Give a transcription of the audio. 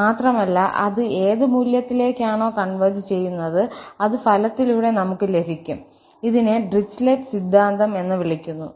മാത്രമല്ല അത് ഏത് മൂല്യത്തിലേക്കാണോ കൺവെർജ് ചെയ്യുന്നത് അത് ഫലത്തിലൂടെ നമുക് ലഭിക്കും ഇതിനെ ഡിറിച്ലെറ്റ് സിദ്ധാന്തം എന്ന് വിളിക്കുന്നു